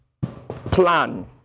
plan